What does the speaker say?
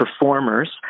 performers